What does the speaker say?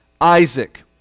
Isaac